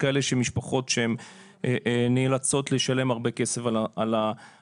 משפחות שהן נאלצות לשלם הרבה כסף על השכירות.